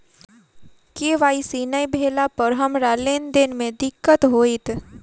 KYC नै भेला पर हमरा लेन देन मे दिक्कत होइत?